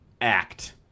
act